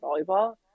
volleyball